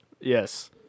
Yes